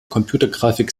computergrafik